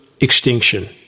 extinction